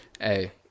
Hey